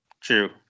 True